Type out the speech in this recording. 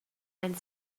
and